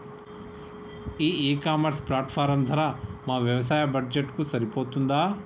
ఈ e commerce platform ధర మా వ్యవసాయ బడ్జెట్ కు సరిపోతుందా?